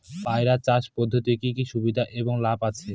পয়রা চাষ পদ্ধতির কি কি সুবিধা এবং লাভ আছে?